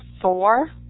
four